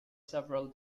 several